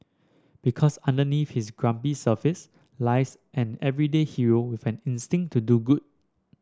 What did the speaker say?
because underneath his grumpy surface lies an everyday hero with an instinct to do good